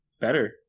better